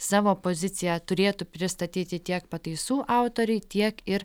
savo poziciją turėtų pristatyti tiek pataisų autoriai tiek ir